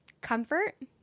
comfort